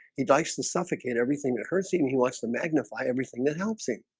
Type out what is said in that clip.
he'd ice and suffocate everything that hurts even he wants to magnify everything that helps him,